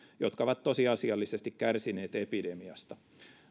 jotka ovat tosiasiallisesti kärsineet epidemiasta